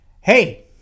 Hey